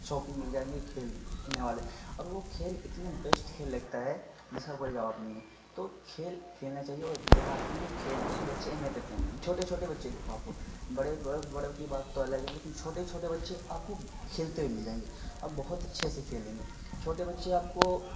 شوقین مل جائیں گے کھیل کھیلنے والے اور وہ کھیل اتنا بیسٹ کھیل لگتا ہے جس کا کوئی جواب نہیں ہے تو کھیل کھیلنا چاہیے اور دیہات میں کھیل کی بچے اہمیت رکھتے ہیں چھوٹے چھوٹے بچے دیکھو آپ کو بڑے بڑوں کی بات تو الگ ہے لیکن چھوٹے چھوٹے بچے آپ کو کھیلتے ہوئے مل جائیں گے اور بہت اچھے سے کھیلیں گے چھوٹے بچے آپ کو